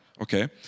okay